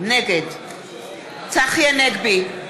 נגד צחי הנגבי,